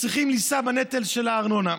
צריכות לשאת בנטל של הארנונה.